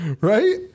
Right